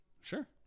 Sure